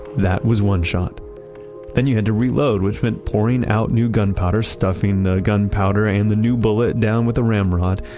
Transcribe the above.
that was one shot then you had to reload, which meant pouring out new gunpowder, stuffing the gunpowder and the new bullet down with the ramrod,